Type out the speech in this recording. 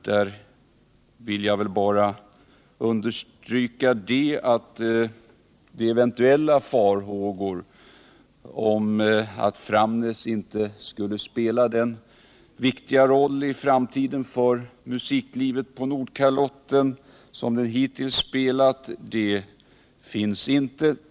Där vill jag bara understryka att eventuella farhågor för att Framnäs inte skulle komma att i framtiden spela den viktiga roll för musiklivet på Nordkalotten som Framnäs hittills spelat inte är befogade.